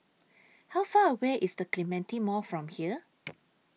How Far away IS The Clementi Mall from here